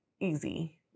easy